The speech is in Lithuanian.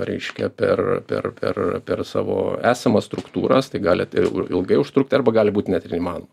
reiškia per per per per savo esamas struktūras tai gali tai ilgai užtrukt arba gali būt net ir neįmanoma